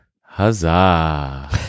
Huzzah